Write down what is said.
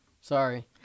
Sorry